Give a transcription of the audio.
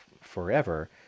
forever